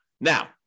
Now